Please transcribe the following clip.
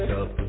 up